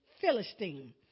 Philistine